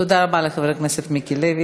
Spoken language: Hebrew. תודה רבה לחבר הכנסת מיקי לוי.